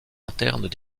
internes